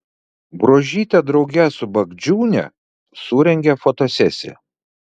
bruožytė drauge su bagdžiūne surengė fotosesiją